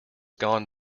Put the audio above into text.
gone